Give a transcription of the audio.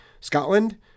Scotland